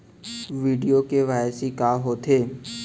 video KYC का होथे